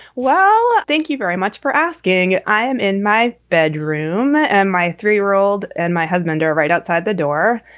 well, thank you very much for asking. i am in my bedroom and my three year old and my husband are right outside the door.